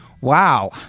wow